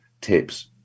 tips